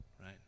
right